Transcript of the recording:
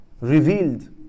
revealed